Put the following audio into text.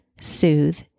soothe